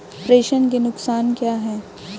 प्रेषण के नुकसान क्या हैं?